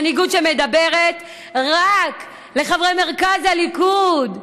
מנהיגות שמדברת רק לחברי מרכז הליכוד,